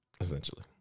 essentially